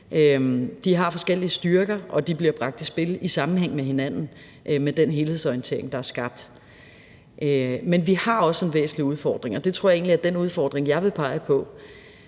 De har forskellige styrker, og de bliver bragt i spil i sammenhæng med hinanden med den helhedsorientering, der er skabt. Men vi har også en væsentlig udfordring, og det tror jeg egentlig er den udfordring, jeg vil pege på.